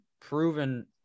proven